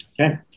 Okay